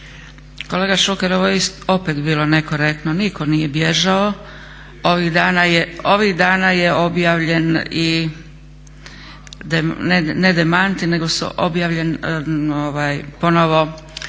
Kolega Šuker, ovo je opet bilo nekorektno. Nitko nije bježao, ovih dana je objavljen i ne demanti nego su objavljen ponovo